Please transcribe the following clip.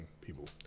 people